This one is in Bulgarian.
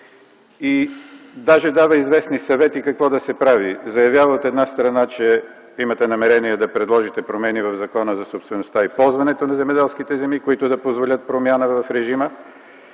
и даже дава известни съвети какво да се прави. Заявява, от една страна, че имате намерение да предложите промени в Закона за собствеността и ползването на земеделските земи, които да позволят промяна в режима,